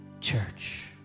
church